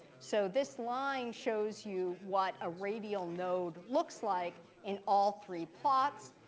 so this line shows you what a radial node looks like in all three plots.